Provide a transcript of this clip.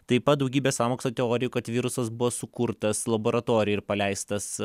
taip pat daugybė sąmokslo teorijų kad virusas buvo sukurtas laboratorijoj ir paleistas